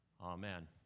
Amen